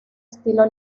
estilo